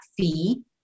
fee